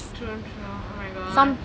true true oh my god